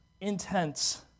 intense